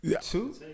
two